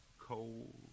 cold